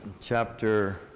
chapter